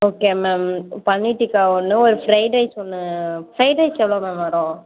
okay ma'am paneer tikka ஒன்று ஒரு fried rice ஒன்று ஃப்ரைட் ரைஸ் எவ்வளோ மேம் வரும்